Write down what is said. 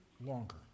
longer